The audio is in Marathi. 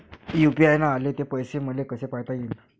यू.पी.आय न आले ते पैसे मले कसे पायता येईन?